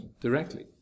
directly